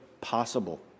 possible